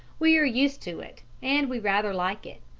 we are used to it, and we rather like it.